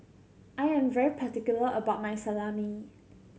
I am very particular about my Salami